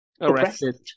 arrested